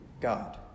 God